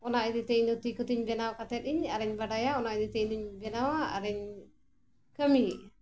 ᱚᱱᱟ ᱤᱫᱤᱛᱮ ᱤᱧ ᱫᱚ ᱛᱤ ᱠᱚᱛᱤᱧ ᱵᱮᱱᱟᱣ ᱠᱟᱛᱮᱫ ᱤᱧ ᱟᱨᱤᱧ ᱵᱟᱰᱟᱭᱟ ᱚᱱᱟ ᱤᱫᱤᱛᱮ ᱤᱧ ᱫᱩᱧ ᱵᱮᱱᱟᱣᱟ ᱟᱨᱤᱧ ᱠᱟᱹᱢᱤᱭᱮᱜᱼᱟ